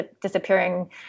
disappearing